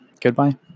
goodbye